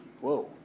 whoa